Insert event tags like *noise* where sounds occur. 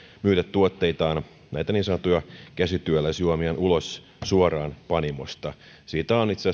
myydä tuotteitaan näitä niin sanottuja käsityöläisjuomiaan ulos suoraan panimosta siitä on itse *unintelligible*